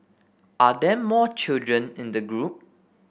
are there more children in the group